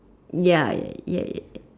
ya ya ya